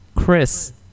Chris